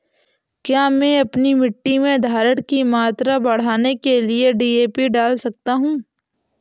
क्या मैं अपनी मिट्टी में धारण की मात्रा बढ़ाने के लिए डी.ए.पी डाल सकता हूँ?